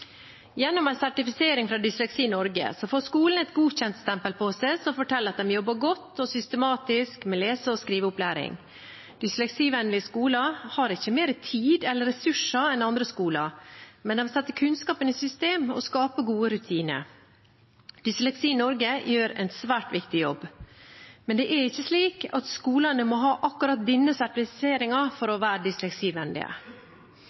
Gjennom en sertifisering fra Dysleksi Norge får skolene et godkjentstempel som forteller at de jobber godt og systematisk med lese- og skriveopplæring. Dysleksivennlige skoler har ikke mer tid eller ressurser enn andre skoler, men de setter kunnskapen i system og skaper gode rutiner. Dysleksi Norge gjør en svært viktig jobb, men det er ikke slik at skolene må ha akkurat denne sertifiseringen for